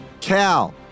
Cal